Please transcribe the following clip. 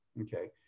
Okay